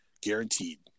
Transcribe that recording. guaranteed